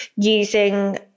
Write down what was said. using